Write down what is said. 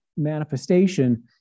manifestation